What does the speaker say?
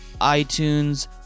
iTunes